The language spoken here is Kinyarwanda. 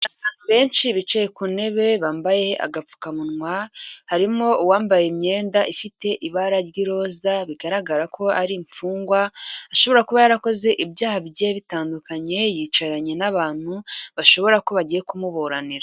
Benshi bicaye ku ntebe bambaye agapfukamunwa, harimo uwambaye imyenda ifite ibara ry'iroza bigaragara ko ari imfungwa, ashobora kuba yarakoze ibyaha bigiye bitandukanye, yicaranye n'abantu bashobora ko bagiye kumuburanira.